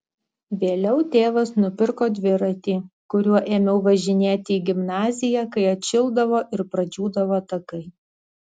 vėliau tėvas nupirko dviratį kuriuo ėmiau važinėti į gimnaziją kai atšildavo ir pradžiūdavo takai